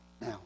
Now